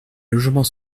logements